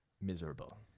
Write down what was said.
Miserable